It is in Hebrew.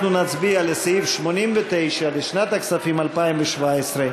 אנחנו נצביע על סעיף 89 לשנת הכספים 2017,